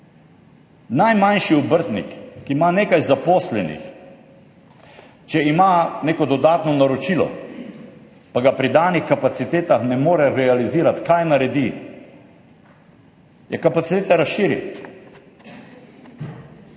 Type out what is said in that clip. Najmanjši obrtnik, ki ima nekaj zaposlenih, če ima neko dodatno naročilo, pa ga pri danih kapacitetah ne more realizirati – kaj naredi? Ja kapacitete razširi.